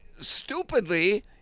stupidly